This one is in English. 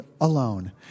alone